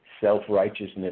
self-righteousness